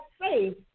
faith